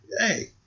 Hey